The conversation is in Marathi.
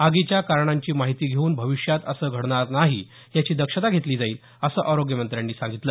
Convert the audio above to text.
आगीच्या कारणांची माहिती घेऊन भविष्यात असं घडणार नाही याची दक्षता घेतली जाईल असं आरोग्यमंत्र्यांनी सांगितलं